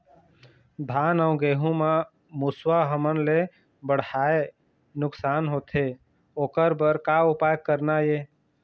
धान अउ गेहूं म मुसवा हमन ले बड़हाए नुकसान होथे ओकर बर का उपाय करना ये?